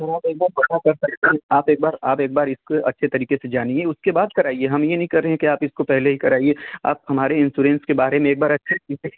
sir आप एक बार पता कर सकते हैं आप एक बार आप एक बार इसको अच्छे तरीके से जानिए उसके बाद कराइए हम ये नहीं कह रहे हैं कि आप इसको पहले ही कराइए आप हमारे इंसोरेंस के बारे में एक बार अच्छे से